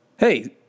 Hey